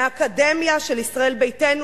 מהאקדמיה של ישראל ביתנו,